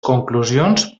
conclusions